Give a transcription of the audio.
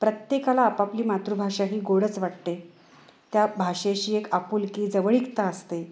प्रत्येकाला आपापली मातृभाषा ही गोडच वाटते त्या भाषेशी एक आपुलकी जवळिकता असते